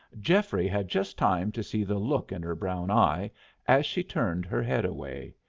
geoffrey had just time to see the look in her brown eye as she turned her head away.